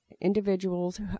individuals